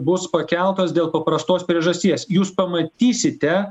bus pakeltos dėl paprastos priežasties jūs pamatysite